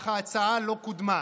אך ההצעה לא קודמה,